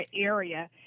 area